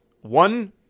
one